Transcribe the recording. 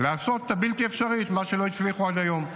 לעשות את הבלתי-אפשרי, את מה שלא הצליחו עד היום.